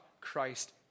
Christ